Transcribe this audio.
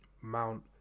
Mount